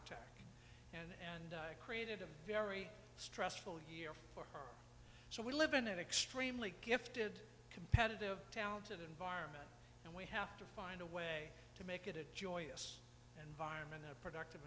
attack and created a very stressful year for her so we live in an extremely gifted competitive talented environment and we have to find a way to make it a joyous and vironment a productive